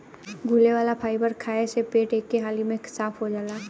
घुले वाला फाइबर खाए से पेट एके हाली में साफ़ हो जाला